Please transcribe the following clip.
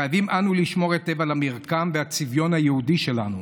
חייבים אנו לשמור היטב על המרקם והצביון היהודי שלנו,